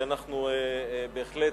בהחלט,